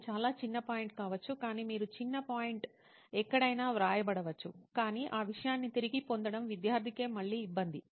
ఇది చాలా చిన్న పాయింట్ కావచ్చు కానీ మీరు చిన్న పాయింట్ ఎక్కడైనా వ్రాయబడవచ్చు కాని ఆ విషయాన్ని తిరిగి పొందడం విద్యార్థికే మళ్లీ ఇబ్బంది